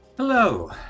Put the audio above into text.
Hello